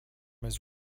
his